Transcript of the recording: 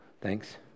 Thanks